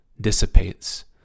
dissipates